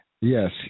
Yes